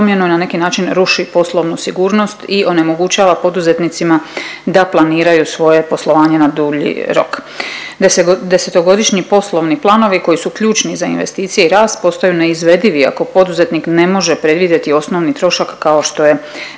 na neki način ruši poslovnu sigurnost i onemogućava poduzetnicima da planiraju svoje poslovanje na dulji rok. Desetogodišnji poslovni planovi koji su ključni za investicije i rast postaju neizvedivi ako poduzetnik ne može predvidjeti osnovni trošak kao što je